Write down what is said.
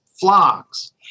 flocks